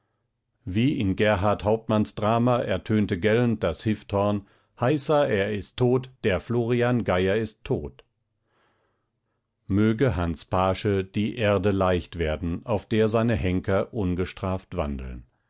wie in gerhart hauptmanns drama ertönte gellend das hifthorn heißa er ist tot der florian geyer ist tot möge hans paasche die erde leicht werden auf der seine henker ungestraft wandeln